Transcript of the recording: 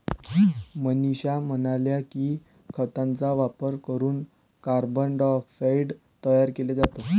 मनीषा म्हणाल्या की, खतांचा वापर करून कार्बन डायऑक्साईड तयार केला जातो